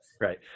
Right